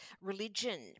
religion